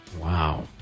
Wow